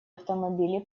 автомобили